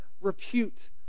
repute